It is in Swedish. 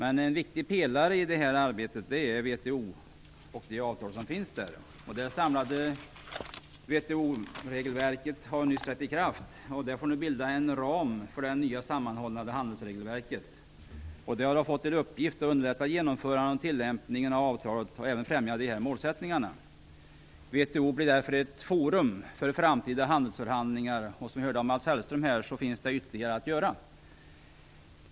En viktig pelare i det arbetet är Det samlade regelverket för WTO har nyss trätt i kraft, och det får nu bilda en ram för det nya, sammanhållna handelsregelverket. Det har också fått till uppgift att underlätta genomförandet och tillämpningen av avtalet och även att främja dessa målsättningar. WTO blir därför ett forum för framtida handelsförhandlingar, och som vi hörde av Mats Hellström finns det ytterligare att göra.